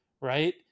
right